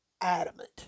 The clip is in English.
adamant